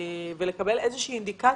אנחנו רוצים לקבל איזו שהיא אינדיקציה.